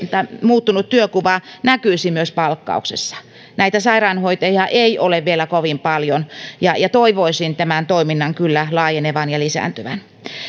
muuttunut työnkuva näkyisi myös palkkauksessa näitä sairaanhoitajia ei ole vielä kovin paljon ja ja toivoisin tämän toiminnan kyllä laajenevan ja lisääntyvän